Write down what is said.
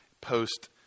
post